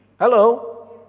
Hello